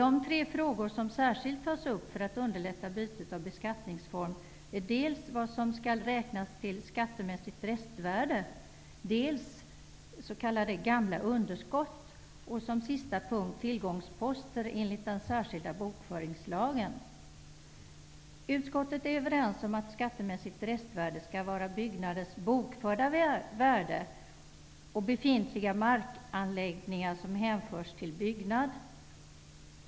De tre punkter som särskilt tas upp i detta sammanhang är dels vad som skall räknas som skattemässigt restvärde, dels s.k. gamla underskott, dels tillgångsposter enligt den särskilda bokföringslagen. Utskottet är överens om att skattemässigt restvärde skall vara byggnaders bokförda värde och befintliga markanläggningar som hänförs till byggnad.